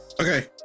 Okay